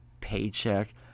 Paycheck